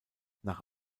nach